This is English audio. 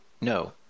no